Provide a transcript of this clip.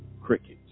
crickets